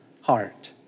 heart